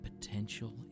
potential